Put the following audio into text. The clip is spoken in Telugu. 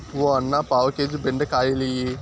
ఓ అన్నా, పావు కేజీ బెండకాయలియ్యి